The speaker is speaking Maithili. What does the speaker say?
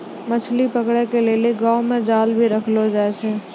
मछली पकड़े के लेली गांव मे जाल भी रखलो जाए छै